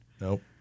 Nope